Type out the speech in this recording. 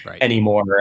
anymore